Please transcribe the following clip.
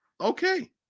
okay